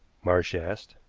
marsh asked.